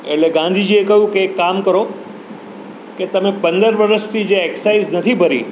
એટલે ગાંધીજીએ કહ્યું કે એક કામ કરો કે તમે પંદર વરસથી જે એક્સાઈઝ નથી ભરી